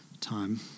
time